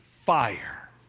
Fire